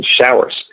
showers